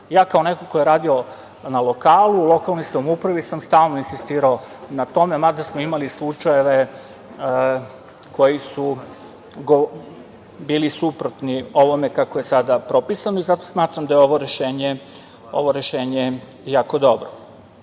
Ja kao neko ko je radio na lokalu, u lokalnoj samoupravi sam stalno insistirao na tome. Mada smo imali slučajeve koji su bili suprotni ovome kako je sada propisano i zato smatram da je ovo rešenje jako